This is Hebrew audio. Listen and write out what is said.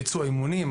ביצוע אימונים,